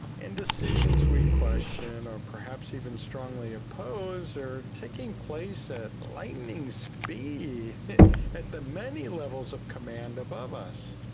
indecision we question or perhaps even strongly oppose or taking place at lightning speed at the many levels of command above us,